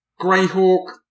Greyhawk